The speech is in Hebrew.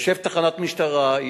יושב בתחנת משטרה,